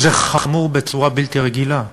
זה חמור בצורה בלתי רגילה,